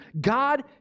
God